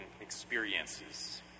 experiences